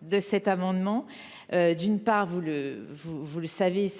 de cet amendement. En effet, le dispositif